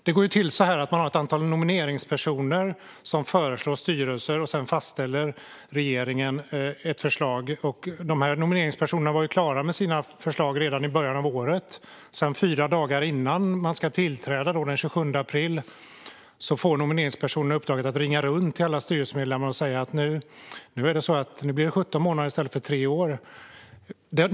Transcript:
Det går ju till så att man har ett antal nomineringspersoner som föreslår styrelser, och sedan fastställer regeringen ett förslag. Nomineringspersonerna var klara med sina förslag redan i början av året. Men fyra dagar innan styrelserna skulle tillträda, den 27 april, fick nomineringspersonerna uppdraget att ringa runt till alla styrelsemedlemmar och säga att nu är det så att det blir 17 månader i stället för tre år.